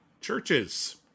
churches